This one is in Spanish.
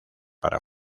para